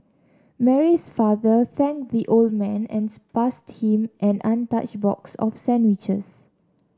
Mary's father thanked the old man and passed him an untouched box of sandwiches